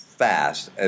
Fast